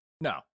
No